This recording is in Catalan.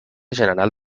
general